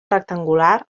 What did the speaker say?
rectangular